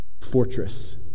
fortress